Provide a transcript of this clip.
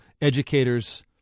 educators